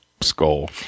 skull